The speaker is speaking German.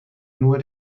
nur